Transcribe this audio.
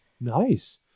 Nice